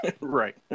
Right